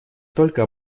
только